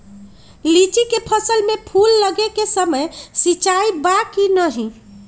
लीची के फसल में फूल लगे के समय सिंचाई बा कि नही?